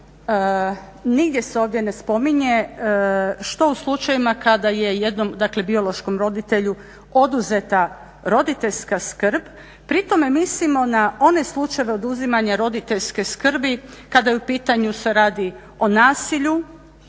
nigdje se ovdje ne spominje što u slučajevima kada je jednom, dakle biološkom roditelju oduzeta roditeljska skrb. Pri tome mislimo na one slučajeve oduzimanja roditeljske skrbi kada je u pitanju se radi o nasilju,